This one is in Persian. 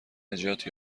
نجات